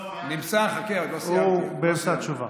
הוא באמצע תשובה.